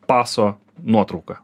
paso nuotrauką